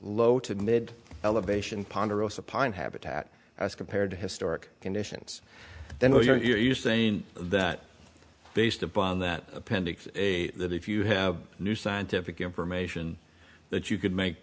low to mid elevation ponderosa pine habitat as compared to historic conditions then you're saying that based upon that appendix a that if you have new scientific information that you could make